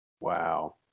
Wow